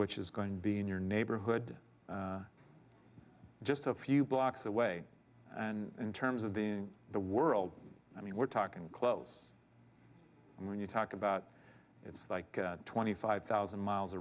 which is going to be in your neighborhood just a few blocks away and in terms of being the world i mean we're talking close and when you talk about it's like twenty five thousand miles